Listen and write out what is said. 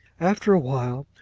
after a while,